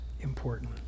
important